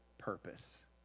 purpose